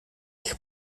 ich